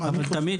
תמיד,